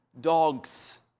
dogs